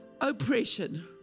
oppression